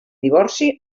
divorci